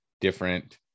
different